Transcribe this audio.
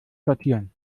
sortieren